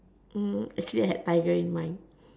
actually I had tiger in mind